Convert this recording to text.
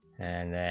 and